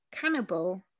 cannibal